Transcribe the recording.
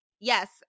Yes